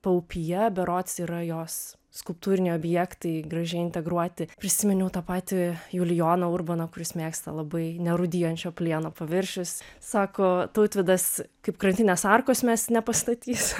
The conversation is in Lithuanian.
paupyje berods yra jos skulptūriniai objektai gražiai integruoti prisiminiau tą patį julijoną urboną kuris mėgsta labai nerūdijančio plieno paviršius sako tautvydas kaip krantinės arkos mes nepastatysim